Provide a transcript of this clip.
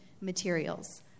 materials